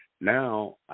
now